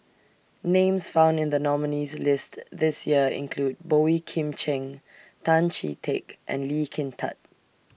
Names found in The nominees' list This Year include Boey Kim Cheng Tan Chee Teck and Lee Kin Tat